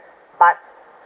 but